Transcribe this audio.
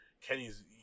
kenny's